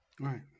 Right